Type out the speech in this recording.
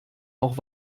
auch